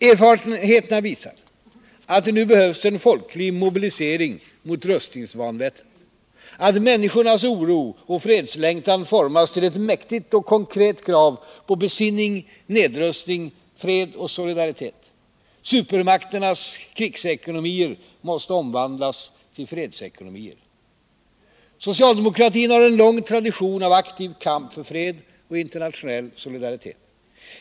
Erfarenheterna visar att det nu behövs en folklig mobilisering mot rustningsvanvettet, att människornas oro och fredslängtan formas till ett mäktigt och konkret krav på besinning, nedrustning, fred och solidaritet. Supermakternas krigsekonomier måste omvandlas till fredsekonomier. Socialdemokratin har en lång tradition av aktiv kamp för fred och internationell solidaritet.